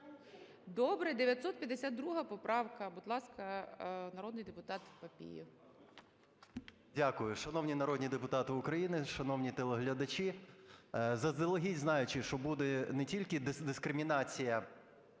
Добре. 952 поправка. Будь ласка, народний депутат Папієв.